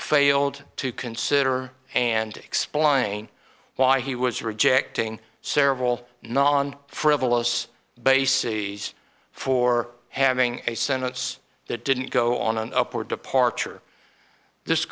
failed to consider and explain why he was rejecting several non frivolous bases for having a sentence that didn't go on an upward departure this